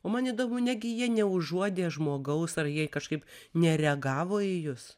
o man įdomu negi jie neužuodė žmogaus ar jie kažkaip nereagavo į jus